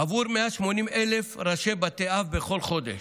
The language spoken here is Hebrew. עבור 180,000 ראשי בתי אב בכל חודש.